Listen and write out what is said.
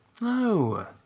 No